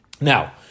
Now